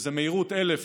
במהירות 1,000,